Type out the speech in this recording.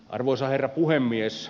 arvoisa herra puhemies